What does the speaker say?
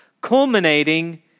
culminating